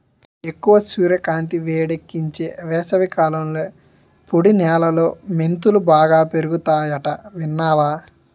ఎక్కువ సూర్యకాంతి, వేడెక్కించే వేసవికాలంలో పొడి నేలలో మెంతులు బాగా పెరుగతాయట విన్నావా